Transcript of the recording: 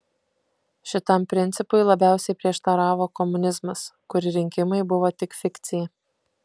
šitam principui labiausiai prieštaravo komunizmas kur rinkimai buvo tik fikcija